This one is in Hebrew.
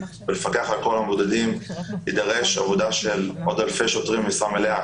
כדי לפקח על כל המבודדים תידרש עבודה של עוד אלפי שוטרים במשרה מלאה,